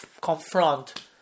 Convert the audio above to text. confront